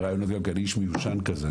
כי אני איש מיושן כזה,